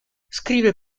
scrive